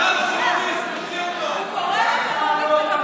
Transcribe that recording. הוא קורא לו טרוריסט ואתה מוציא דווקא אותו?